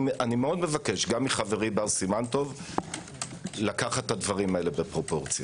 אני מאוד מבקש גם מחברי בר סימן טוב לקחת את הדברים האלה בפרופורציות.